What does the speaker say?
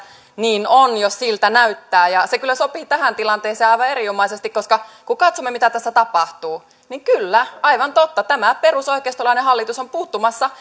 niin on jos siltä näyttää se kyllä sopii tähän tilanteeseen aivan erinomaisesti koska kun katsomme mitä tässä tapahtuu niin kyllä aivan totta tämä perusoikeistolainen hallitus on puuttumassa